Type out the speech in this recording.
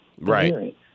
Right